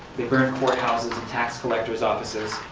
they burnt courthouses and tax collectors offices,